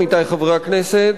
עמיתי חברי הכנסת,